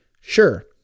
Sure